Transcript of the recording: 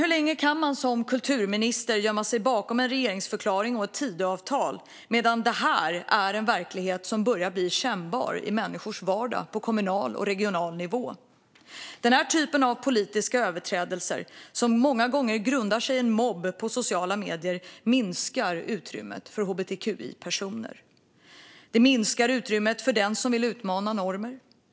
Hur länge kan man som kulturminister gömma sig bakom en regeringsförklaring och ett Tidöavtal medan det här är en verklighet som börjar bli kännbar i människors vardag på kommunal och regional nivå? Den här typen av politiska överträdelser, som många gånger grundar sig i en mobb på sociala medier, minskar utrymmet för hbtqi-personer. Det minskar utrymmet för den som vill utmana normer.